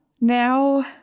now